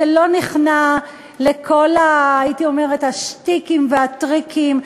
שלא נכנע לכל השטיקים והטריקים,